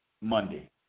Monday